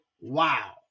wow